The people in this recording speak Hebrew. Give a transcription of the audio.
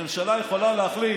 הממשלה יכולה להחליט